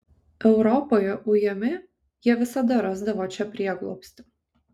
europoje ujami jie visada rasdavo čia prieglobstį